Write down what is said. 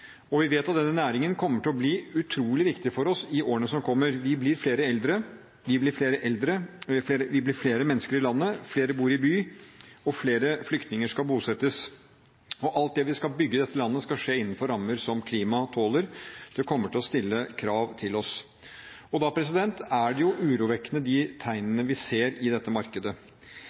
Vi vet at denne næringen kommer til å bli utrolig viktig for oss i årene som kommer. Vi blir flere eldre, vi blir flere mennesker i landet, flere bor i by, og flere flyktninger skal bosettes. Alt vi skal bygge i dette landet, skal skje innenfor rammer som klimaet tåler. Det kommer til å stille krav til oss. Da er tegnene vi ser i dette markedet,